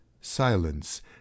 silence